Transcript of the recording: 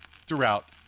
throughout